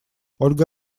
ольга